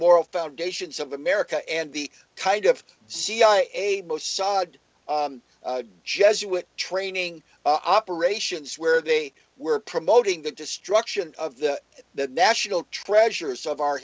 moral foundations of america and the kind of cia mossad jesuit training operations where they were promoting the destruction of the the national treasures of our